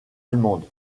allemande